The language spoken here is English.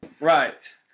Right